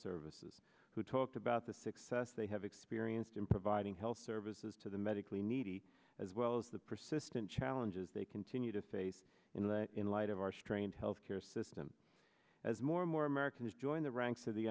services who talked about the success they have experienced in providing health services to the medically needy as well as the persistent challenges they continue to face in the in light of our strained health care system as more and more americans join the ranks of the